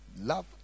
Love